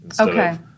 Okay